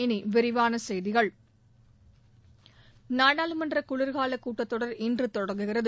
இனி விரிவான செய்திகள் நாடாளுமன்ற குளிர்க்கால கூட்டத்தொடர் இன்று தொடங்குகிறது